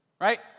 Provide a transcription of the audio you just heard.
right